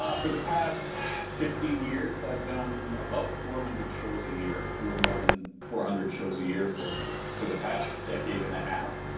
um for the past sixteen years i've done about four hundred shows a year, a little more than four hundred shows a year for for the past decade and a half.